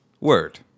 word